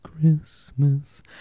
Christmas